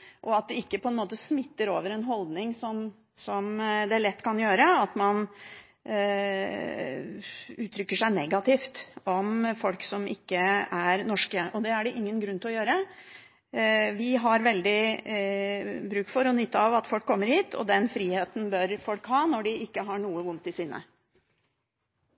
slik at det ikke smitter over til en holdning, som det lett kan gjøre, der man uttrykker seg negativt om folk som ikke er norske. Det er det ingen grunn til å gjøre – vi har veldig bruk for og nytte av at folk kommer hit, og den friheten bør folk ha når de ikke har noe vondt i sinne.